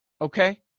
okay